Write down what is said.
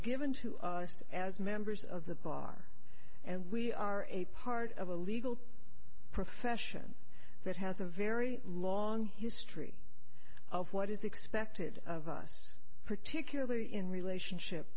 given to us as members of the bar and we are a part of a legal profession that has a very long history of what is expected of us particularly in relationship